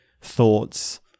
thoughts